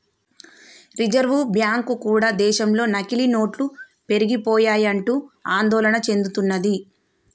reserve bank కూడా దేశంలో నకిలీ నోట్లు పెరిగిపోయాయంటూ ఆందోళన చెందుతున్నది